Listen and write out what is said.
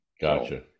Gotcha